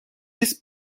his